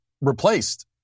replaced